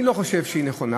אני לא חושב שהיא נכונה.